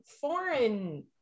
foreign